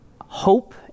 hope